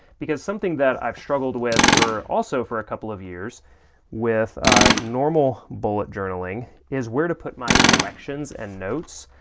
because something that i've struggled with for also for a couple of years with normal bullet journaling is where to put my collections and notes,